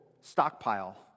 stockpile